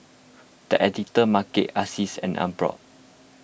the Editor's Market Asics and Emborg